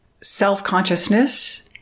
self-consciousness